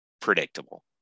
predictable